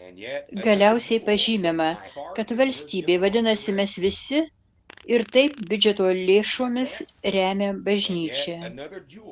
galiausiai pažymima kad valstybė vadinasi mes visi ir taip biudžeto lėšomis remia bažnyčią